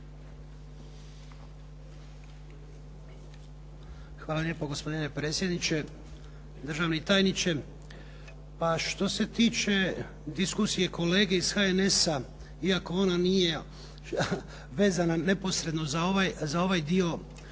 Hvala lijepo gospodine predsjedniče, državni tajniče, pa što se tiče diskusije kolege iz HNS-a, iako ona nije vezana neposredno za ovaj dio